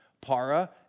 Para